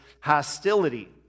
hostility